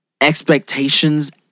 expectations